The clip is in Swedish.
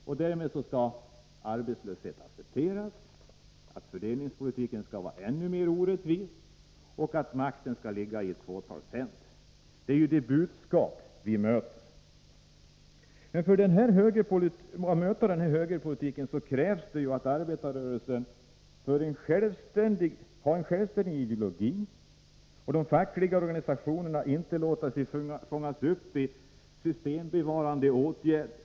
Vi skall acceptera arbetslöshet, att fördelningspolitiken blir ännu mer orättvis och att makten ligger i ett fåtals händer. Det är det budskap som vi möter. För att man skall kunna bekämpa denna högerpolitik krävs det att arbetarrörelsen har en självständig ideologi och att de fackliga organisationerna inte låter sig fångas upp av systembevarande åtgärder.